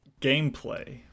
gameplay